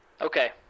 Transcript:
Okay